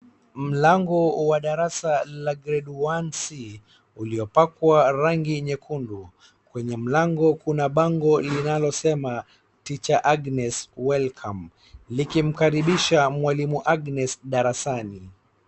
Mlango wa darasa la Grade one C uliopakwa rangi nyekundu. Kwenye mlango kuna bango linalosema Tr.Agness welcome likimkaribisha mwalimu Agnes Darasani.